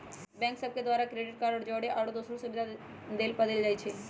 bank सभ के द्वारा क्रेडिट कार्ड के जौरे आउरो दोसरो सुभिधा सेहो पदेल जाइ छइ